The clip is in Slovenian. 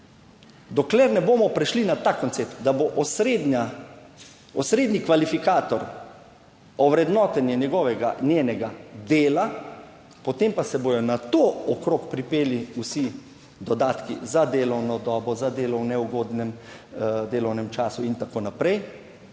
Dokler ne bomo prišli na ta koncept, da bo osrednji kvalifikator ovrednotenje njegovega, njenega dela, potem pa se bodo na to okrog pripeli vsi dodatki za delovno dobo, za delo v neugodnem delovnem času in tako naprej,